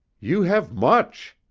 you have much,